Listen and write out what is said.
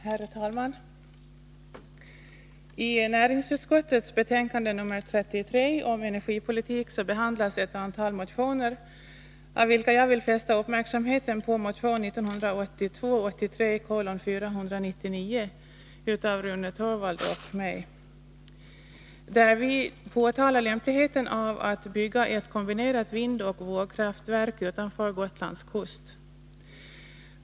Herr talman! I näringsutskottets betänkande nr 33 om energipolitik behandlas ett antal motioner, av vilka jag vill fästa uppmärksamheten på motion 1982/83:499 av Rune Torwald och mig, där vi påtalar lämpligheten av att bygga ett kombinerat vindoch vågkraftverk utanför Gotlands kust.